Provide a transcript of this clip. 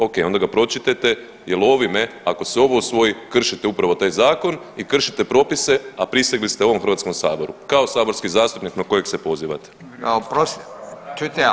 Ok, onda ga pročitajte jel ovime ako se ovo usvoji kršite upravo taj zakon i kršite propise, a prisegli ste ovom Hrvatskom saboru kao saborski zastupnik na kojeg se pozivate.